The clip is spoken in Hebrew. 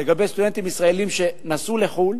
לגבי סטודנטים ישראלים שנסעו לחו"ל.